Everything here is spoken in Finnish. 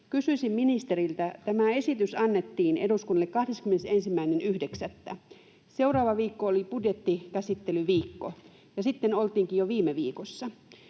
Kysyisin ministeriltä: Tämä esitys annettiin eduskunnalle 21.9. Seuraava viikko oli budjettikäsittelyviikko, ja sitten oltiinkin jo viime viikossa.